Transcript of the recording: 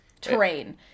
terrain